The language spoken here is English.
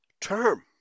term